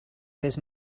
his